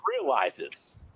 realizes